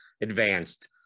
advanced